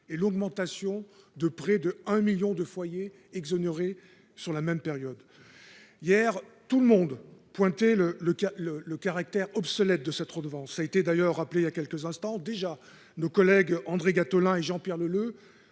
et l'augmentation de près de 1 million de foyers exonérés sur la même période. Hier, tout le monde pointait le caractère obsolète de la redevance. Comme cela a été rappelé voilà quelques instants, nos collègues André Gattolin et Jean-Pierre Leleux